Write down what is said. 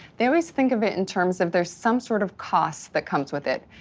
they always think of it in terms of there's some sort of costs that comes with it.